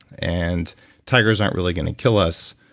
and tigers aren't really going to kill us.